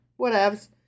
Whatevs